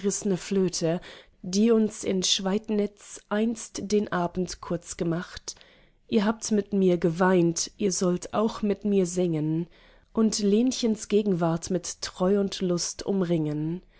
die uns in schweidnitz einst den abend kurz gemacht ihr habt mit mir geweint ihr sollt auch mit mir singen und lenchens gegenwart mit treu und lust umringen